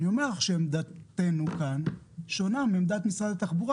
אני אומר לך שעמדתנו כאן שונה מעמדת משרד התחבורה